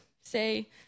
say